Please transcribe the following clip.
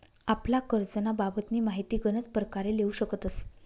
आपला करजंना बाबतनी माहिती गनच परकारे लेवू शकतस